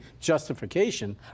justification